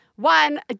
One